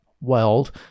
world